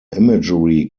imagery